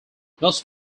most